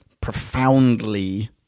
profoundly